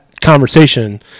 conversation